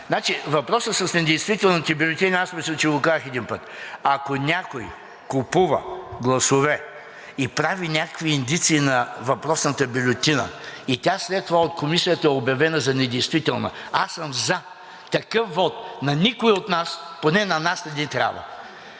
Въпросът с недействителните бюлетини, аз мисля, че го казах един път. Ако някой купува гласове и прави някакви индици на въпросната бюлетина, и тя след това от Комисията е обявена за недействителна, аз съм за – такъв вот на никой от нас, поне на нас не ни трябва.